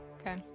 Okay